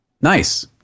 Nice